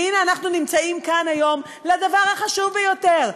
והנה, אנחנו נמצאים כאן היום לדבר החשוב ביותר.